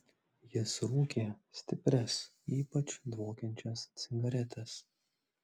jis rūkė stiprias ypač dvokiančias cigaretes